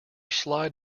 slide